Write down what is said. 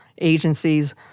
agencies